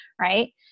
Right